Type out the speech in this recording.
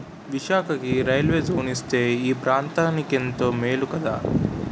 విశాఖకి railway zone ఇస్తే ఈ ప్రాంతనికెంతో మేలు కదా